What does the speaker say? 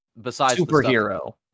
Superhero